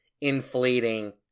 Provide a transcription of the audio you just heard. inflating